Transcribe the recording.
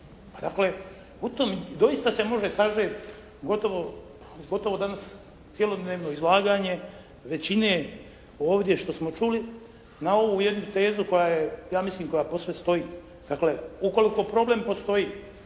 dakle u tom doista se može sažet gotovo danas cjelodnevno izlaganje većine ovdje što smo čuli na ovu jednu tezu koja je, ja mislim koja posve stoji. Dakle ukoliko problem postoji